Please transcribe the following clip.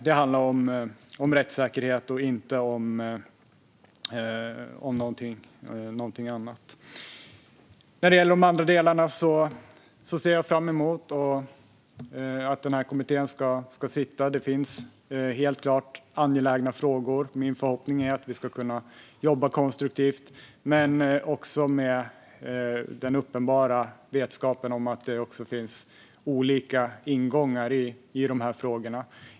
Det handlar om rättssäkerhet, inte om någonting annat. När det gäller de andra delarna ser jag fram emot att den här kommittén ska arbeta. Det finns helt klart angelägna frågor, och min förhoppning är att vi ska kunna jobba konstruktivt - men också med den uppenbara vetskapen att det finns olika ingångar i dessa frågor.